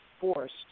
forced